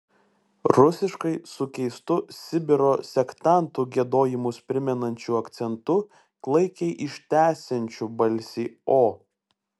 rusiškai su keistu sibiro sektantų giedojimus primenančiu akcentu klaikiai ištęsiančiu balsį o